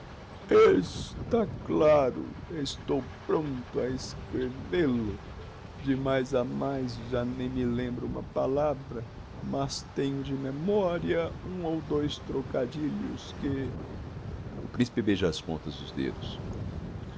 stá claro estou prompto a escrevêl o de mais a mais já nem me lembra uma palavra mas tenho de memoria um ou dois trocadilhos que o